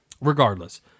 regardless